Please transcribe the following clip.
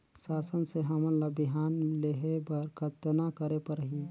शासन से हमन ला बिहान लेहे बर कतना करे परही?